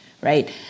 right